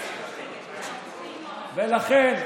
לכן,